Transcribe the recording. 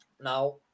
Now